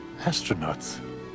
astronauts